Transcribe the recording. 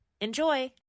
Enjoy